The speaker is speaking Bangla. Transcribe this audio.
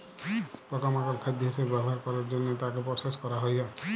পকা মাকড় খাদ্য হিসবে ব্যবহার ক্যরের জনহে তাকে প্রসেস ক্যরা হ্যয়ে হয়